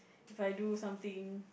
if I do something